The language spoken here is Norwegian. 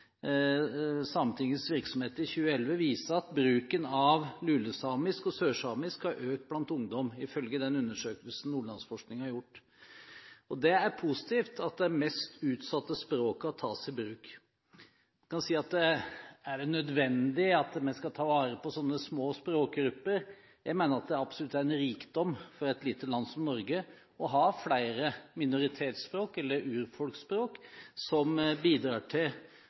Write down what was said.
Sametingets virksomhet i 2011 viser at bruken av lulesamisk og sørsamisk har økt blant ungdom, ifølge den undersøkelsen Nordlandsforskning har gjort. Det er positivt at de mest utsatte språkene tas i bruk. Man kan spørre: Er det nødvendig at vi skal ta vare på sånne små språkgrupper? Jeg mener at det absolutt er en rikdom for et lite land som Norge å ha flere minoritetsspråk, eller urfolksspråk, som bidrar til